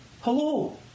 hello